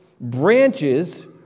branches